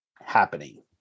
happening